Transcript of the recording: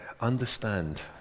understand